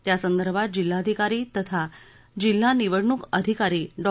त्यासंदर्भात जिल्हाधिकारी तथा जिल्हा निवडणूक अधिकारी डॉ